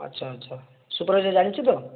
ଆଚ୍ଛା ଆଚ୍ଛା ସୁପରଭାଇଜର୍ ଜାଣିଛି ତ